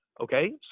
Okay